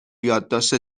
یادداشت